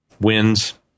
wins